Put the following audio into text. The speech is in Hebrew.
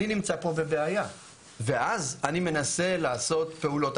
אני נמצא פה בבעיה ואז אני מנסה לעשות פעולות.